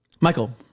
Michael